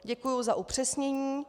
Děkuji za upřesnění.